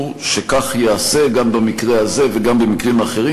שכך ייעשה גם במקרה הזה וגם במקרים אחרים.